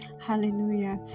hallelujah